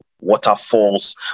waterfalls